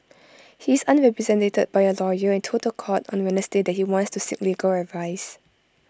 he is unrepresented by A lawyer and told The Court on Wednesday that he wants to seek legal advice